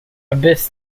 abyss